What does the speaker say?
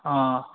অঁ